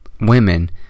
women